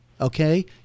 okay